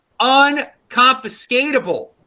unconfiscatable